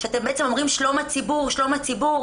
כשאתם בעצם אומרים: שלום הציבור, שלום הציבור